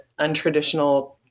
untraditional